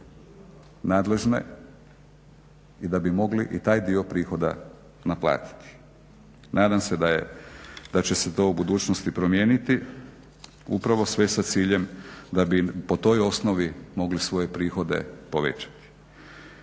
i da bi mogli i taj dio prihoda naplatiti. Nadam se da će se to u budućnosti promijeniti upravo sve sa ciljem da bi im po toj osnovi mogli svoje prihode povećati.